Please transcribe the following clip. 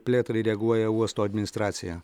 plėtrai reaguoja uosto administracija